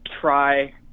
try